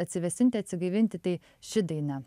atsivėsinti atsigaivinti tai ši daina